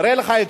תזכור את שירה,